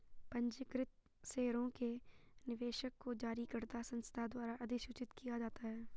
पंजीकृत शेयरों के निवेशक को जारीकर्ता संस्था द्वारा अधिसूचित किया जाता है